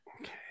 Okay